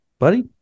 Buddy